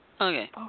Okay